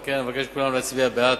על כן, אבקש את כולם להצביע בעד.